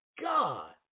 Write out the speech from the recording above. God